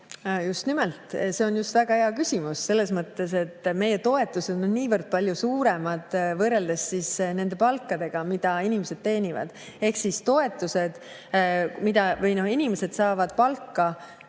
Just nimelt! See on väga hea küsimus selles mõttes, et meie toetused on niivõrd palju suuremad, võrreldes palkadega, mida inimesed teenivad. Toetused, mida inimesed saavad –